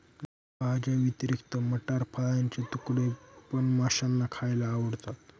भाज्यांव्यतिरिक्त मटार, फळाचे तुकडे हे पण माशांना खायला आवडतं